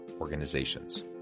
organizations